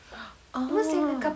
ah